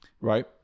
right